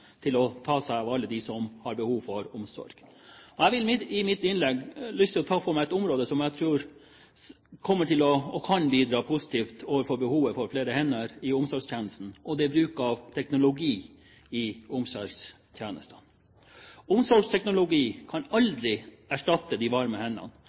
til å ta seg av alle dem som har behov for omsorg. Jeg har i mitt innlegg lyst til å ta for meg et område som jeg tror kommer til å kunne bidra positivt når det gjelder behovet for flere hender i omsorgstjenesten, og det er bruk av teknologi i omsorgstjenesten. Omsorgsteknologi kan aldri erstatte de varme hendene,